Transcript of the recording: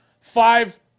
Five